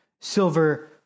silver